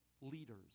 leaders